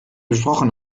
besprochen